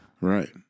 Right